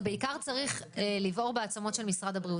זה בעיקר צריך לבעור בעצמות של משרד הבריאות,